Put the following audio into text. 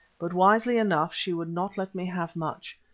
but wisely enough she would not let me have much.